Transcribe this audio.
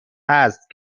هست